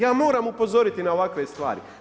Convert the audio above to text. Ja moram upozoriti na ovakve stvari.